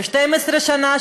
ל-12 שנה,